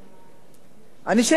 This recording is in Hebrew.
אני שייכת לדור הישן,